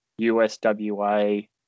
USWA